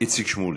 איציק שמולי.